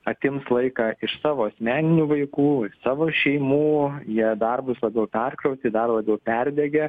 atims laiką iš savo asmeninių vaikų iš savo šeimų jie dar bus labiau perkrauti dar labiau perdegę